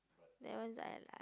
that ones I like